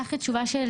אשמח לתשובה,